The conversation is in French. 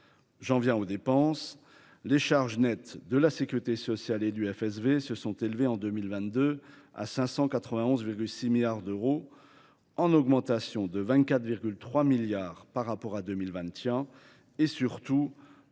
J’en viens aux dépenses. Les charges nettes de la sécurité sociale et du FSV se sont élevées en 2022 à 591,6 milliards d’euros, en augmentation de 24,3 milliards d’euros par rapport à 2021 et, surtout,